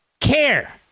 CARE